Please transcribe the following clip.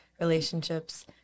relationships